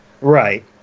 right